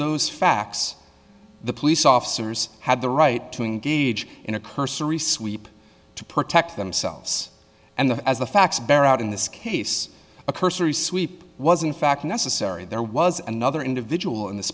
those facts the police officers had the right to engage in a cursory sweep to protect themselves and that as the facts bear out in this case a cursory sweep was in fact necessary there was another individual in